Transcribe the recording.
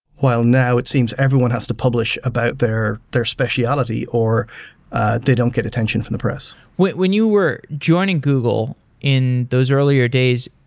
while now it seems everyone has to publish about their their speciality or they don't get attention from the press. when you were joining google in those earlier days,